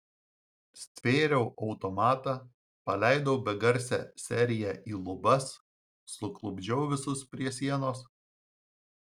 stvėriau automatą paleidau begarsę seriją į lubas suklupdžiau visus prie sienos